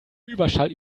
überschall